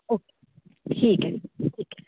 okay ठीक ऐ ठीक ऐ